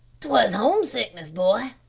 twas homesickness, boy,